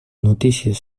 notícies